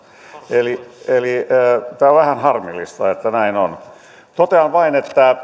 eli on vähän harmillista että näin on totean vain